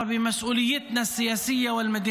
חברת הכנסת שרון ניר, אינה נוכחת, חבר הכנסת אושר